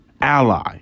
ally